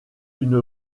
une